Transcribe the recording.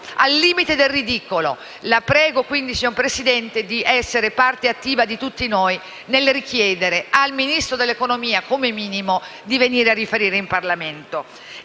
al limite del ridicolo. La prego quindi, signor Presidente, di farsi parte attiva di tutti noi nel richiedere al Ministro dell'economia, come minimo, di venire a riferire in Parlamento.